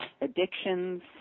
addictions